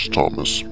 Thomas